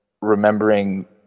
remembering